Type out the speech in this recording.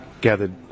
gathered